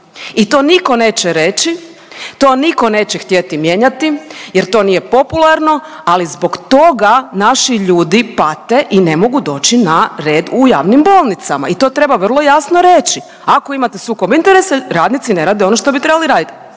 I to niko neće reći, to niko neće htjeti mijenjati jer to nije popularno, ali zbog toga naši ljudi pate i ne mogu doći na red u javnim bolnicama i to treba vrlo jasno reći. Ako imate sukob interesa radnici ne rade ono što bi trebali radit.